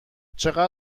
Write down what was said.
چقدر